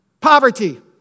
Poverty